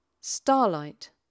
Starlight